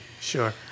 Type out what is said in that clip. sure